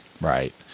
Right